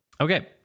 Okay